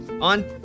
on